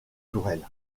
tourelles